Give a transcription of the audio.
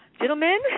gentlemen